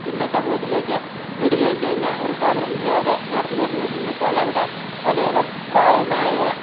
പിന്നെ സമൂഹത്തിലേക്ക് വിടുകയും ചെയ്യുന്ന ഒരു സ്ഥാപനം ഇന്നും അത് നടന്നു വരുന്നു ഇന്നിപ്പോൾ അവിടെ അനേകം പ്രായമായ